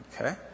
Okay